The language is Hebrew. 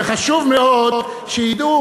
וחשוב מאוד שידעו,